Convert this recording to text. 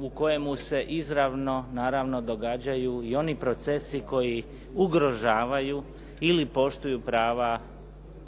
u kojemu se izravno, naravno, događaju i oni procesi koji ugrožavaju ili poštuju prava